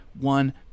one